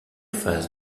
phase